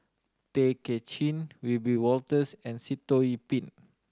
Tay Kay Chin Wiebe Wolters and Sitoh Yih Pin